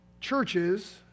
churches